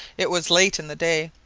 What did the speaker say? it was late in the day,